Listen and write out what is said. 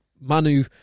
Manu